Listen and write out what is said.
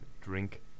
drink